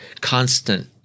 constant